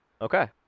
Okay